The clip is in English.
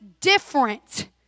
different